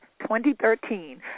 2013